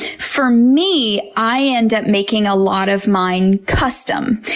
for me, i end up making a lot of mine custom.